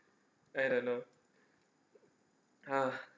eh I don't know uh